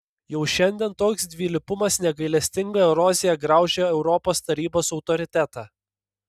jau šiandien toks dvilypumas negailestinga erozija graužia europos tarybos autoritetą